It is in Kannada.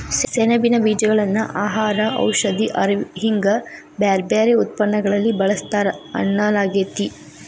ಸೆಣಬಿನ ಬೇಜಗಳನ್ನ ಆಹಾರ, ಔಷಧಿ, ಅರವಿ ಹಿಂಗ ಬ್ಯಾರ್ಬ್ಯಾರೇ ಉತ್ಪನ್ನಗಳಲ್ಲಿ ಬಳಸ್ತಾರ ಅನ್ನಲಾಗ್ತೇತಿ